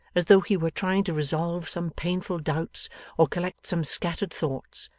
as though he were trying to resolve some painful doubts or collect some scattered thoughts,